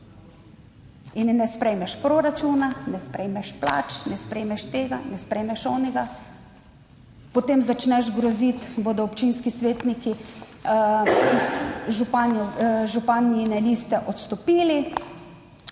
In ne sprejmeš proračuna, ne sprejmeš plač, ne sprejmeš tega, ne sprejmeš onega. Potem začneš groziti, bodo občinski svetniki iz županjine liste odstopili.